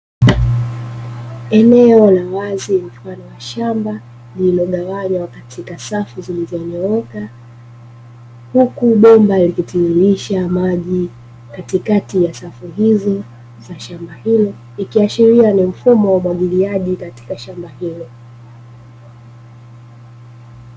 Eneo la wazi mfano wa shamba lililogawanywa katika safu zilizonyooka huku bomba likitiririsha maji katikati ya safu hizo za shamba hilo, ikiashiria ni mfumo wa umwagiliaji katika shamba hilo.